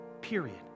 Period